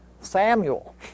Samuel